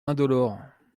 indolore